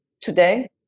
today